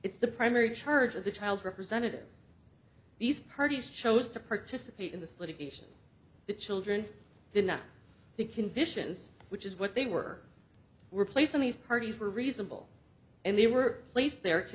it's the primary charge of the child's representative these parties chose to participate in this litigation the children did not the conditions which is what they were were placed on these parties were reasonable and they were placed there to